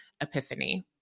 epiphany